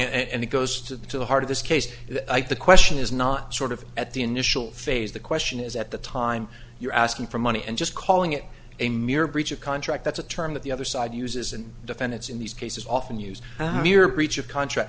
in and it goes to the heart of this case the question is not sort of at the initial phase the question is at the time you're asking for money and just calling it a mere breach of contract that's a term that the other side uses and defendants in these cases often use here breach of contract